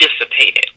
dissipated